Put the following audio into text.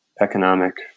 economic